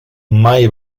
mai